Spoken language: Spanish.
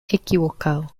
equivocado